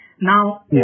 Now